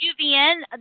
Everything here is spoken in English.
UVN